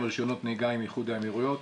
רישיונות נהיגה עם איחוד האמירויות.